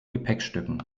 gepäckstücken